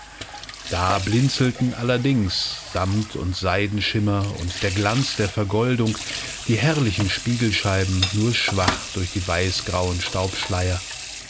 da blinzelten allerdings samt und seidenschimmer und der glanz der vergoldung die herrlichen spiegelscheiben nur schwach durch die weißgrauen